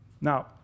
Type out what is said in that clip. Now